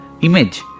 image